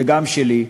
וגם שלי,